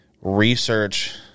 research